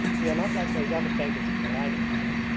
we are not like those other beggars in the line regiment,